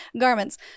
garments